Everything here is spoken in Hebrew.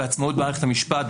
בעצמאות מערכת המשפט,